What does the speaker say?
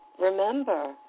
remember